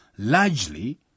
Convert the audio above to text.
largely